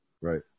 Right